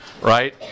right